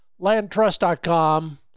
LandTrust.com